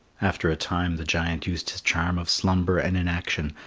after a time the giant used his charm of slumber and inaction,